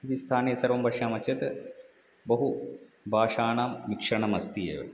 इति स्थाने सर्वं पश्यामः चेत् बहुभाषाणां मिश्रणमस्ति एव